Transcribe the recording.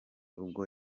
ubwo